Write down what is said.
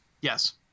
yes